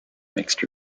mixed